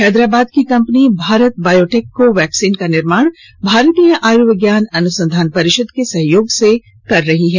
हैदराबाद की company Bharat Biotech को vaccine का निर्माण भारतीय आयुर्विज्ञान अनुसंधान परिषद के सहयोग से कर रही है